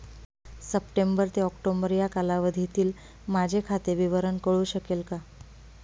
September ते October या कालावधीतील माझे खाते विवरण कळू शकेल का?